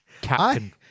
captain